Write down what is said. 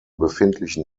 befindlichen